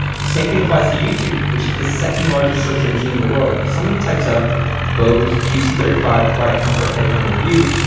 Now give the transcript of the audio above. same thing applies to youtube which is the second largest search engine in the world. if someone types up bose q c three five quietcomfort headphone review,